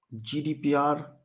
gdpr